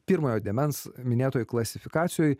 pirmojo dėmens minėtoj klasifikacijoj